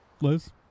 Liz